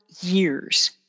years